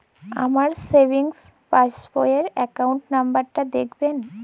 আমার savings passbook র account number টা দেখাবেন?